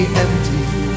empty